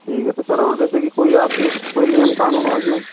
ठीक है तो सर ओर जैसे कि कोई आपके कोई नियम कानून हों इसमें